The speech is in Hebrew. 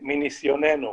מניסיוננו.